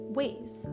ways